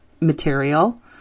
material